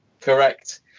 Correct